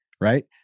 Right